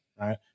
right